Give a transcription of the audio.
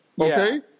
okay